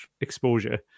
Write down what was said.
exposure